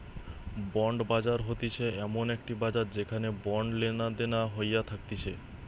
bond বাজার হতিছে এমন একটি বাজার যেখানে বন্ড লেনাদেনা হইয়া থাকতিছে